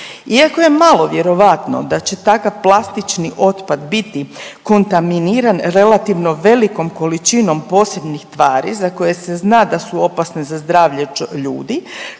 Iako je malo vjerojatno da će takav plastični otpad biti kontaminiran relativno velikom količinom posebnih tvari za koje se zna da su opasne za zdravlje ljudi